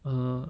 err